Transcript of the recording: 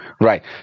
Right